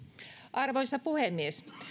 arvoisa puhemies